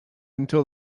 until